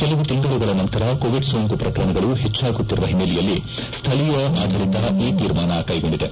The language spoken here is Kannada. ಕೆಲವು ತಿಂಗಳುಗಳ ನಂತರ ಕೋವಿಡ್ ಸೋಂಕು ಪ್ರಕರಣಗಳು ಹೆಚ್ಚಾಗುತ್ತಿರುವ ಹಿನ್ನೆಲೆಯಲ್ಲಿ ಸ್ವಳೀಯ ಆಡಳತ ಈ ತೀರ್ಮಾನ ಕೈಗೊಂಡಿದೆ